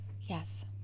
Yes